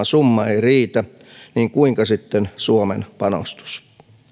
summa ei riitä niin kuinka sitten suomen panostus